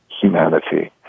humanity